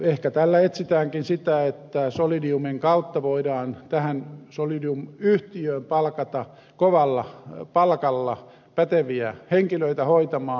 ehkä tällä etsitäänkin sitä että solidiumin kautta voidaan tähän solidium yhtiöön palkata kovalla palkalla päteviä henkilöitä sijoituksia hoitamaan